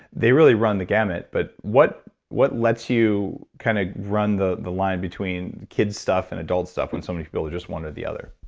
they really run the gamut, but what what lets you kind of run the the line between kids' stuff and adults' stuff when so many feel they're just one or the other?